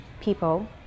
people